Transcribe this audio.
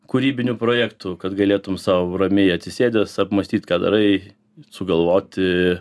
kūrybinių projektų kad galėtum sau ramiai atsisėdęs apmąstyt ką darai sugalvoti